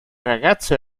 ragazzo